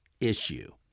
issue